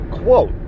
Quote